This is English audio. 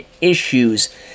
issues